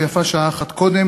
ויפה שעה אחת קודם,